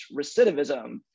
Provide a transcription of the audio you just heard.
recidivism